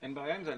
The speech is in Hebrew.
אין בעיה עם זה.